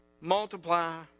Multiply